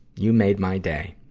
you made my day.